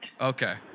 Okay